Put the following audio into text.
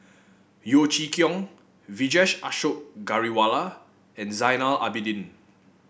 Yeo Chee Kiong Vijesh Ashok Ghariwala and Zainal Abidin